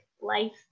life